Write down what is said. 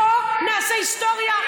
בוא נעשה היסטוריה.